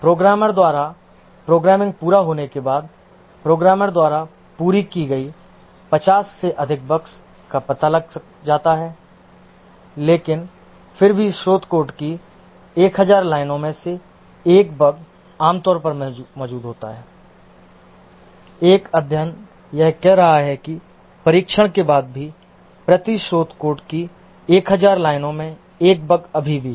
programmer द्वारा programming पूरा होने के बाद प्रोग्रामर द्वारा पूरी की गई 50 से अधिक बग्स का पता लग जाता है लेकिन फिर भी स्रोत कोड की 1000 लाइनों में से 1 बग आमतौर पर मौजूद होता है एक अध्ययन यह कह रहा है कि परीक्षण के बाद भी प्रति स्रोत कोड की 1000 लाइनों में 1 बग अभी भी है